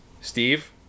Steve